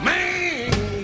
Man